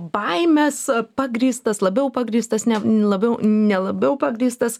baimės pagrįstas labiau pagrįstas ne labiau ne labiau pagrįstas